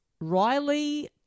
Riley